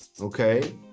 Okay